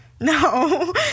No